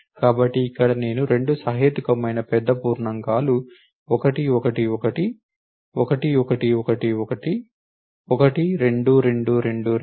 కాబట్టి ఇక్కడ నేను 2 సహేతుకమైన పెద్ద పూర్ణాంకాలు 1 1 1 1 1 1 1 12 2 2 2 2 2 2 ఇచ్చాను